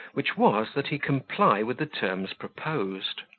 which was, that he comply with the terms proposed.